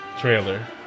trailer